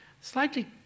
slightly